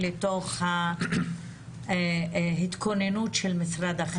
לתוך ההתכוננות של משרד החינוך לטפל בנושא.